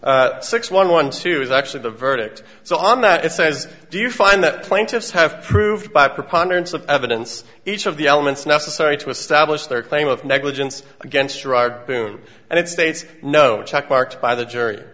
so six one one two is actually the verdict so i'm not it says do you find that plaintiffs have proved by preponderance of evidence each of the elements necessary to establish their claim of negligence against whom and it states no checkmarks by the jury